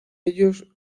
ellos